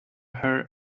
her